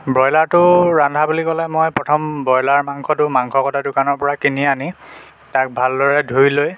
ব্ৰইলাৰটো ৰন্ধা বুলি ক'লে মই প্ৰথম ব্ৰয়লাৰ মাংসটো মাংস কটা দোকানৰপৰা কিনি আনি তাক ভালদৰে ধুই লৈ